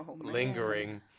lingering